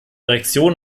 reaktion